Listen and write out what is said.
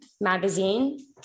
magazine